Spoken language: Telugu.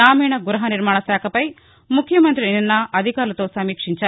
గ్రామీణ గ్బహ నిర్మాణ శాఖపై ముఖ్యమంత్రి నిన్న అధికారులతో సమీక్షించారు